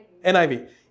NIV